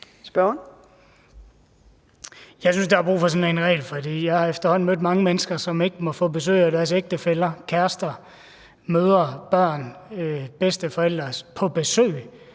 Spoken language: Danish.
Jeg synes, der er brug for sådan en regel, for jeg har efterhånden mødt mange mennesker, som ikke må få besøg af deres ægtefæller, kærester, mødre, børn, bedsteforældre, så jeg